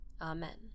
amen